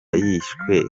yishwe